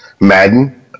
Madden